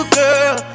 girl